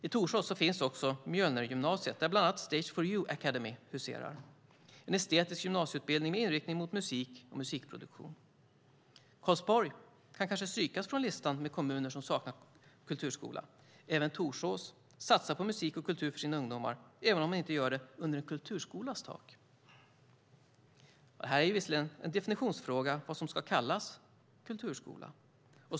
I Torsås finns också Mjölnergymnasiet där bland annat Stage for you Academy huserar. Det är en estetisk gymnasieutbildning med inriktning mot musik och musikproduktion. Karlsborg kan kanske strykas från listan med kommuner som saknar kulturskola. Också Torsås satsar på musik och kultur för sina ungdomar, även om man inte gör det under en kulturskolas tak. Det är visserligen en definitionsfråga vad som ska kallas kulturskola.